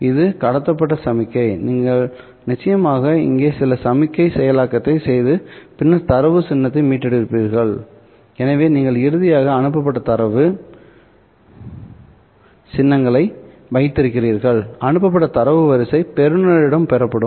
இது கடத்தப்பட்ட சமிக்ஞை நீங்கள் நிச்சயமாக இங்கே சில சமிக்ஞை செயலாக்கத்தை செய்து பின்னர் தரவு சின்னத்தை மீட்டெடுப்பீர்கள் எனவே நீங்கள் இறுதியாக அனுப்பப்பட்ட தரவு சின்னங்களைவைத்திருக்கிறீர்கள் அனுப்பப்பட்ட தரவு வரிசை பெறுநரிடம் பெறப்படும்